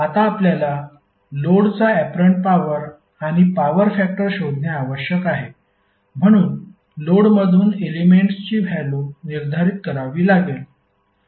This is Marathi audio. आता आपल्याला लोडचा ऍपरंट पॉवर आणि पॉवर फॅक्टर शोधणे आवश्यक आहे म्हणून लोडमधून एलेमेंट्सची व्हॅल्यु निर्धारित करावी लागेल